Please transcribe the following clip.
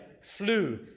flu